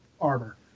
armor